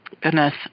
Goodness